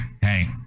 Hey